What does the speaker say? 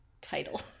title